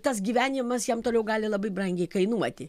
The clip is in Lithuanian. tas gyvenimas jam toliau gali labai brangiai kainuoti